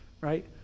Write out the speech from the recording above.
right